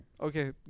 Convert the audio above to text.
Okay